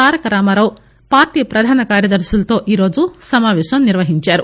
తారక Ramarao party ప్రధాన కార్యదర్పులతో ఈరోజు సమాపేశం నిర్వహించారు